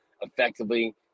effectively